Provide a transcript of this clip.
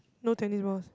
no tennis balls